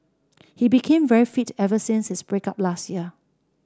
he became very fit ever since his break up last year